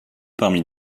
parmi